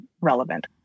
relevant